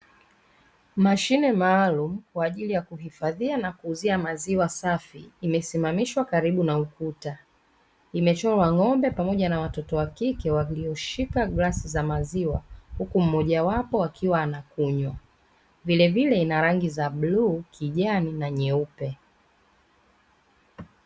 Mashine maalum kwa ajili ya kuhifadhia na kuuzia maziwa safi imesimamishwa karibu na ukuta imechorwa ng'ombe pamoja na watoto wa kike walioshika glasi za maziwa huku mmoja wapo akiwa anakunywa vile vile ina rangi za bluu kijani na nyeupe.